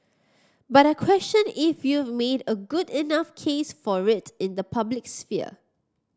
but I question if you've made a good enough case for it in the public sphere